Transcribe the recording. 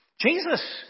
Jesus